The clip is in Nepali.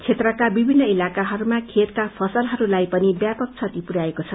क्षेत्रका विभिन्न इलाकाहरूमा खेतका फसलहरूलाई पनि व्यापक क्षति पुरयाएको छ